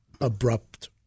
abrupt